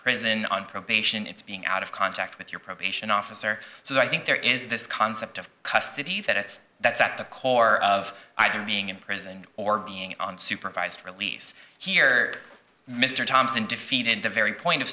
prison on probation it's being out of contact with your probation officer so i think there is this concept of custody that is that's at the core of i don't being in prison or being on supervised release here mr thompson defeated the very point of